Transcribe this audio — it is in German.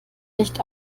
nicht